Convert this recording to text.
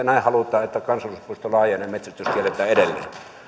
näin halutaan että kansallispuisto laajenee ja metsästys kielletään edelleen arvoisa puhemies